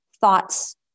thoughts